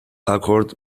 accord